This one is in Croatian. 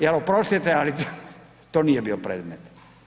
Je oprostite ali to nije bio predmet.